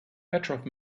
petrov